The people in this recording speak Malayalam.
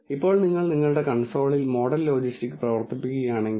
ഇപ്പോൾ നിങ്ങൾ നിങ്ങളുടെ കൺസോളിൽ മോഡൽ ലോജിസ്റ്റിക് പ്രവർത്തിപ്പിക്കുകയാണെങ്കിൽ